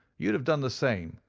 you'd have done the same,